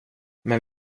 men